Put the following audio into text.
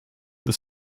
des